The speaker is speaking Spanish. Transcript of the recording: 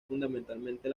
fundamentalmente